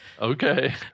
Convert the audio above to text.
okay